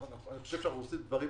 אני חושב שאנחנו עושים דברים